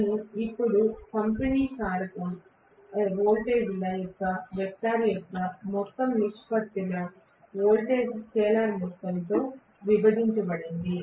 నేను ఇప్పుడు పంపిణీ కారకం వోల్టేజ్ల యొక్క వెక్టర్ యొక్క మొత్తం నిష్పత్తి వోల్టేజ్ల స్కేలార్ మొత్తంతో విభజించబడింది